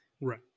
Right